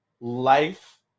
life